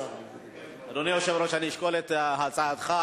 אדוני היושב-ראש, אני אשקול את הצעתך.